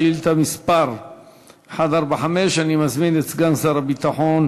שאילתה מס' 145. אני מזמין את סגן שר הביטחון